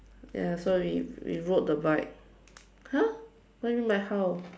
ya so we we rode the bike !huh! what do you mean by how